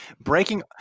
Breaking